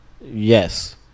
yes